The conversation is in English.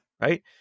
right